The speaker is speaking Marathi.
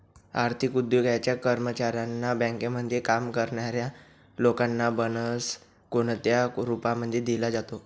आर्थिक उद्योगाच्या कर्मचाऱ्यांना, बँकेमध्ये काम करणाऱ्या लोकांना बोनस कोणत्या रूपामध्ये दिला जातो?